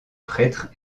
prêtre